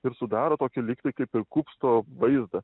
ir sudaro tokį lyg tai kaip ir kupsto vaizdą